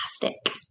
fantastic